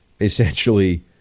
essentially